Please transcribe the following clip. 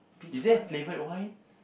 is there flavoured wine